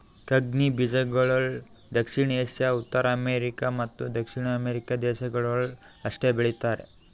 ಕಂಗ್ನಿ ಬೀಜಗೊಳ್ ದಕ್ಷಿಣ ಏಷ್ಯಾ, ಉತ್ತರ ಅಮೇರಿಕ ಮತ್ತ ದಕ್ಷಿಣ ಅಮೆರಿಕ ದೇಶಗೊಳ್ದಾಗ್ ಅಷ್ಟೆ ಬೆಳೀತಾರ